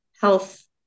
health